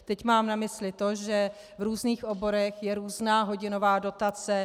Teď mám na mysli to, že v různých oborech je různá hodinová dotace.